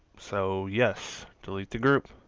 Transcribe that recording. so, yes delete the group.